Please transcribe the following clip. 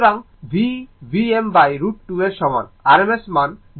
সুতরাং v Vm√ 2 এর সমান rms মান